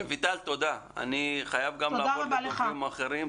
רויטל, אני חייב לעבור לדוברים אחרים.